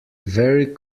very